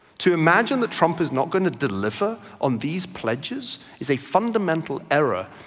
to imagine that trump is not going to deliver on these pledges is a fundamental error.